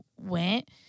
went